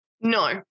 No